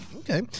Okay